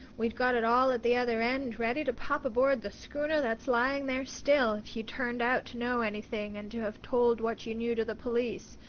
we'd got it all at the other end, ready to pop aboard the schooner that's lying there still, if you turned out to know anything and to have told what you knew to the police.